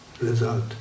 result